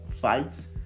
fight